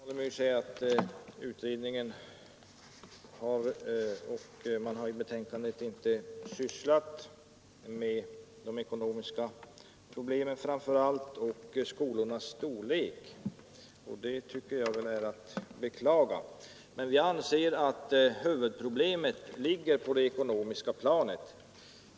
Herr talman! Herr Alemyr säger att man i betänkandet inte har sysslat med de ekonomiska problemen och frågan om skolornas storlek. Det tycker jag är att beklaga. Vi anser att huvudproblemet ligger på det ekonomiska planet.